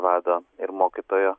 vado ir mokytojo